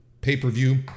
pay-per-view